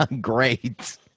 Great